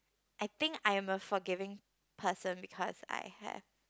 I think I'm a forgiving person because I have